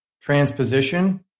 transposition